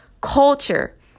culture